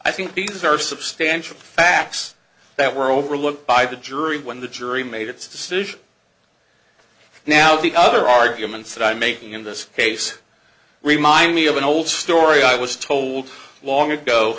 think these are substantial facts that were overlooked by the jury when the jury made its decision now the other arguments that i'm making in this case remind me of an old story i was told long ago